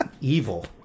Evil